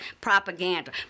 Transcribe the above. propaganda